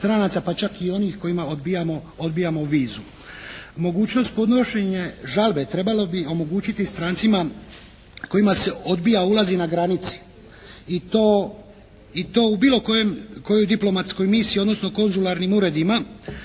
pa čak i onih kojima odbijamo vizu. Mogućnost podnošenja žalbe trebalo bi omogućiti strancima kojima se odbija i ulazi na granici i to u bilo kojoj diplomatskoj misiji, odnosno konzularnim uredima